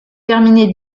terminé